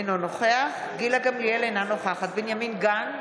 אינו נוכח גילה גמליאל, אינה נוכחת בנימין גנץ,